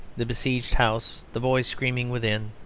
the besieged house, the boy screaming within,